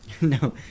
No